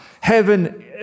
Heaven